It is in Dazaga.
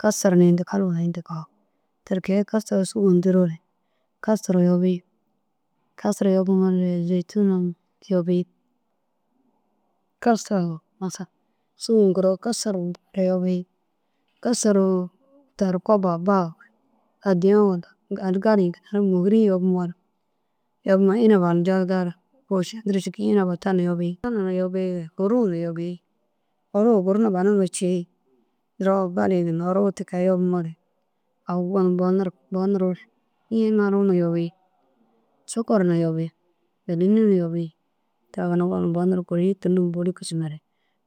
Kasar na yindig haluwa na yindi koo. Ti kee kasar sûgu nderoore kasaru yobiĩ kasaru yobumoore zêtunu yobiĩ kasar sûgu ngiroo kasa ru yobiĩ kasaru kubba ba walla addiya walla gali gali ginna môgiri yobumoore. Iniba indoo gala kôša duro cikii. Iniba ta na yobiĩ hôru na yobiĩ hôru guru na bananu cii duro gali ginna hôru ti kee na yobumoore gonum bo nirig. Bo niroore yiĩ nanu na yobiĩ sukar na yobiĩ gîleni na yobiĩ ta ginna gonum bo nirig guri tûlum bôli kisimare